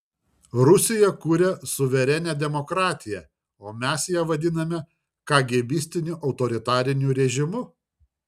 rusija kuria suverenią demokratiją o mes ją vadiname kagėbistiniu autoritariniu režimu